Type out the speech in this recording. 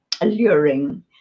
alluring